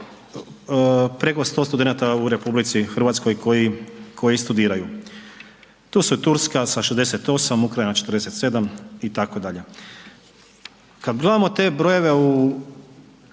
preko 100 studenata u RH koji studiraju. Tu su i Turska sa 68, Ukrajina 47 itd. Kada gledamo te brojeve u